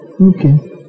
Okay